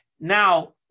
Now